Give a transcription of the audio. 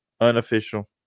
Unofficial